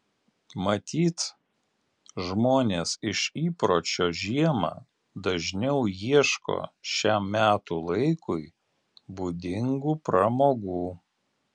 matyt žmonės iš įpročio žiemą dažniau ieško šiam metų laikui būdingų pramogų